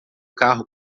carro